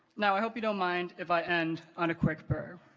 now i hope you don't mind if i end on a quick prayer